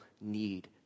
need